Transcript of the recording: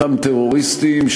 אותם טרוריסטים,